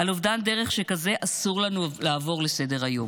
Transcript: על אובדן דרך שכזה אסור לנו לעבור לסדר-היום.